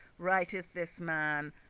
writeth this man,